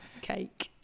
cake